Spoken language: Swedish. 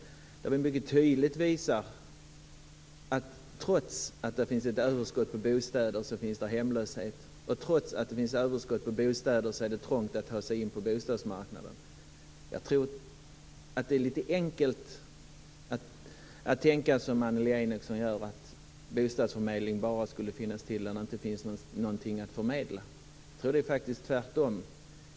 Där visar vi mycket tydligt att trots att det finns ett överskott på bostäder finns det hemlöshet, och trots att det finns ett överskott på bostäder är det trångt att ta sig in på bostadsmarknaden. Jag tror att det är lite för enkelt att tänka som Annelie Enochson gör att bostadsförmedling bara skulle finnas där det inte finns något att förmedla. Jag tror faktiskt att det är tvärtom.